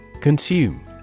Consume